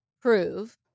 prove